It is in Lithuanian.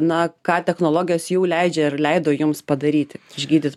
na ką technologijos jau leidžia ir leido jums padaryti išgydyt